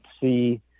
see